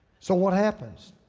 so what happens?